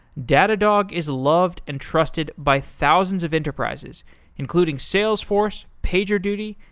datadog is loved and trusted by thousands of enterprises including salesforce, pagerduty,